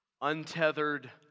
Untethered